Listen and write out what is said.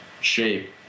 shape